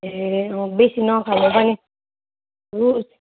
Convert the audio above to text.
ए अँ बेसी नखानु पनि